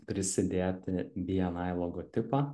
prisidėti bni logotipą